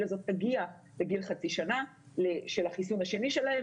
הזאת תגיע לגיל חצי שנה של החיסון השני שלה,